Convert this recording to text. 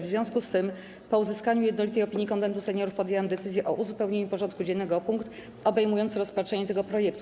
W związku z tym, po uzyskaniu jednolitej opinii Konwentu Seniorów, podjęłam decyzję o uzupełnieniu porządku dziennego o punkt obejmujący rozpatrzenie tego projektu.